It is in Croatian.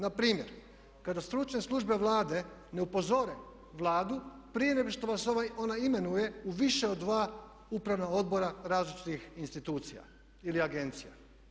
Na primjer, kada stručne službe Vlade ne upozore Vladu prije nego što vas ona imenuje u više od 2 upravna odbora različitih institucija ili agencija.